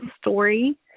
story